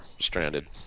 stranded